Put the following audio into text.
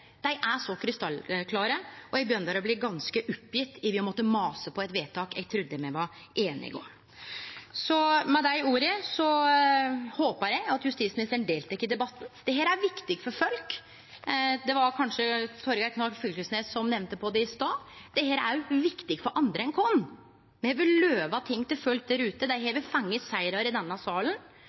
ganske oppgjeven over å måtte mase på eit vedtak eg trudde me var einige om. Med dei orda håpar eg at justisministeren deltek i debatten. Dette er viktig for folk. Det var kanskje representanten Torgeir Knag Fylkesnes som nemnde i stad at dette er viktig for andre enn oss. Me har lova ting til folk der ute, dei har fått sigrar i denne salen,